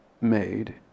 made